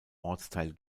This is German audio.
ortsteil